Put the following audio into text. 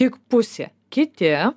tik pusė kiti